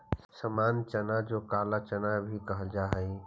सामान्य चना जो काला चना भी कहल जा हई